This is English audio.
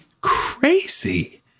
crazy